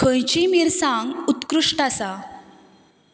खंयची मिरसांग उत्कृश्ट आसा